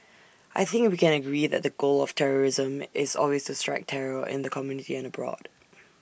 I think we can agree that the goal of terrorism is always to strike terror in the community and abroad